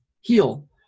heal